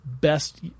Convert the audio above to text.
best